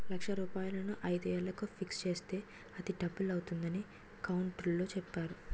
లక్ష రూపాయలను ఐదు ఏళ్లకు ఫిక్స్ చేస్తే అది డబుల్ అవుతుందని కౌంటర్లో చెప్పేరు